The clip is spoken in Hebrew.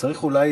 צריך אולי,